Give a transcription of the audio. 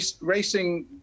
racing